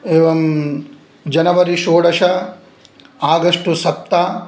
एवं जनवरि षोडश आगस्ट् सप्त